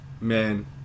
Man